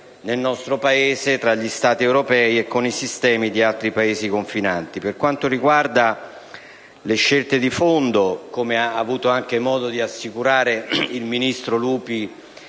nel nostro Paese, tra gli Stati europei e con i sistemi di altri Paesi confinanti. Per quanto riguarda le scelte di fondo, come ha avuto anche modo di assicurare il ministro Lupi